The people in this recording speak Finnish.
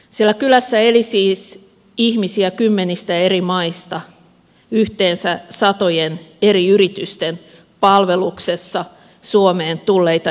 siellä kylässä eli siis ihmisiä kymmenistä eri maista yhteensä satojen eri yritysten palveluksessa suomeen tulleita ihmisiä